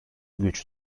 güç